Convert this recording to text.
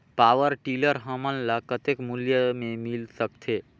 Power tiller हमन ल कतेक मूल्य मे मिल सकथे?